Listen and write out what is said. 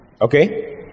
Okay